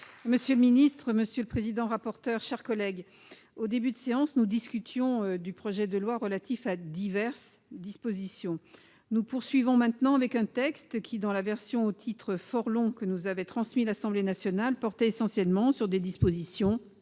présidente, monsieur le ministre, mes chers collègues, au début de la séance, nous discutions d'un projet de loi « relatif à diverses dispositions ». Nous poursuivons maintenant avec un texte qui, dans la version au titre fort long que nous avait transmise l'Assemblée nationale, portait essentiellement sur des dispositions